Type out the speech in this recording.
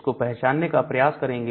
इस को पहचानने का प्रयास करेंगे